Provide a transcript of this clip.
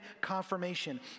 confirmation